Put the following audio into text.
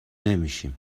نمیشیم